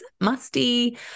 musty